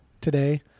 Today